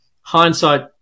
hindsight